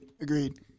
Agreed